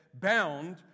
bound